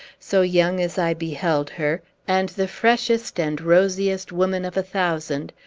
so young as i beheld her, and the freshest and rosiest woman of a thousand,